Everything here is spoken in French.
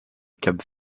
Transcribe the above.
cap